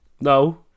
No